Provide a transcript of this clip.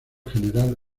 general